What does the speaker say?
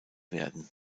werden